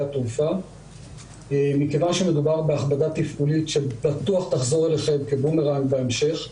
התעופה מכיוון שמדובר בהכבדה תפעולית שבטוח תחזור כבומרנג בהמשך.